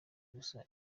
gusa